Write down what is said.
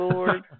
Lord